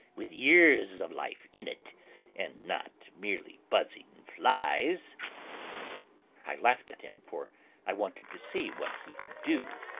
with years of life in it and not merely buzzing flies i laughed at him, for i wanted to see what he could do.